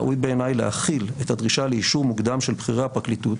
ראוי בעיניי להחיל את הדרישה לאישור מוקדם של בכירי הפרקליטות